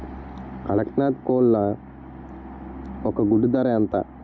కదక్నత్ కోళ్ల ఒక గుడ్డు ధర ఎంత?